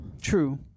True